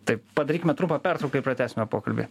taip padarykime trumpą pertrauką ir pratęsime pokalbį